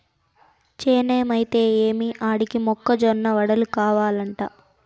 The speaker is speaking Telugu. చేనేమైతే ఏమి ఆడికి మొక్క జొన్న వడలు కావలంట